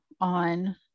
on